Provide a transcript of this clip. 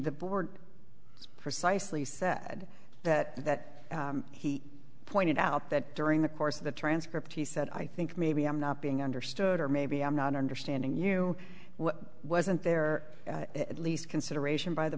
the board it's precisely said that that he pointed out that during the course of the transcript he said i think maybe i'm not being understood or maybe i'm not understanding you wasn't there at least consideration by the